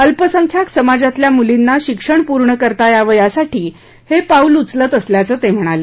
अल्पसंख्याक समाजातल्या मुलींना शिक्षण पूर्ण करता यावं यासाठी हे पाऊल उचलत असल्याचं ते म्हणाले